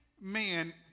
men